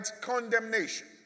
condemnation